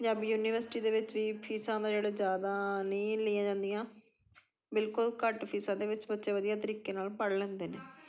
Punjabi University ਦੇ ਵਿੱਚ ਵੀ ਫੀਸਾਂ ਦਾ ਜਿਹੜਾ ਜ਼ਿਅਦਾ ਨਹੀਂ ਲਈਆਂ ਜਾਂਦੀਆਂ ਬਿਲਕੁਲ ਘੱਟ ਫੀਸਾਂ ਦੇ ਵਿੱਚ ਬੱਚੇ ਵਧੀਆ ਤਰੀਕੇ ਨਾਲ ਪੜ੍ਹ ਲੈਂਦੇ ਨੇ